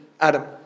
Adam